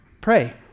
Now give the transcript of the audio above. pray